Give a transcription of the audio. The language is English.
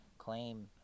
claim